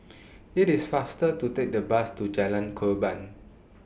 IT IS faster to Take The Bus to Jalan Korban